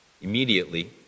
Immediately